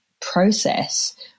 process